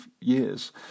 years